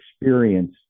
experience